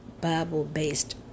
Bible-based